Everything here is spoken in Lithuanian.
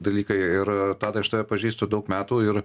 dalykai ir tadai aš tave pažįstu daug metų ir